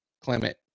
Clement